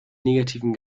negativen